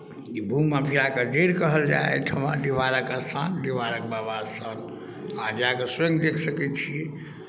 ई भू माफियाके जड़ि कहल जाय एहिठाम डीहवारक स्थान डीहवारक बाबासभ अहाँ जा कऽ स्वयं देख सकैत छियै